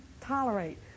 tolerate